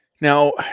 Now